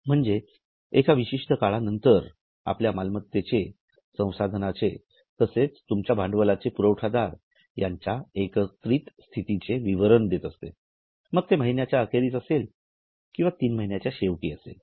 म्हणजे विशिष्ठ काळानंतर आपल्या मालमत्तेचे संसाधनाचे तसेच तुमच्या भांडवलाचे पुरवठादार यांच्या एकत्रित स्थितीचे विवरण देतात मग ते महिन्याअखेरीस असेल किंवा तीन महिन्याच्या शेवटी असेल